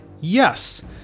Yes